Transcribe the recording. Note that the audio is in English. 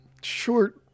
short